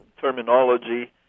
terminology